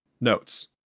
Notes